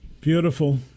beautiful